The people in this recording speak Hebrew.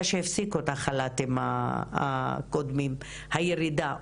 שהפסיקו את החל"תים הקודמים זה לגבי הירידה.